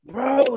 Bro